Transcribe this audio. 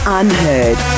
unheard